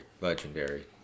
Legendary